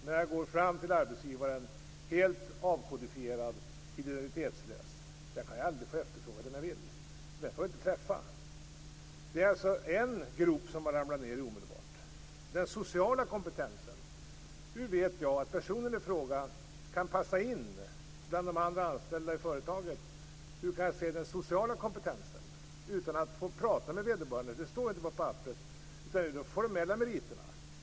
Om man går fram till arbetsgivaren helt avkodifierad och identitetslös kan arbetsgivaren aldrig få efterfråga den han vill, eftersom han inte får träffa den personen. Detta är en grop som man ramlar ned i omedelbart. Sedan har vi den sociala kompetensen. Hur vet jag att personen i fråga kan passa in bland de andra anställda i företaget? Hur kan jag se den sociala kompetensen utan att få prata med vederbörande? Den står ju inte på papperet. Där står bara de formella meriterna.